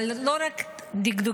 אבל לא רק דקדוקית,